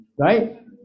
right